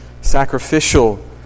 sacrificial